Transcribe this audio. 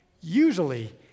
usually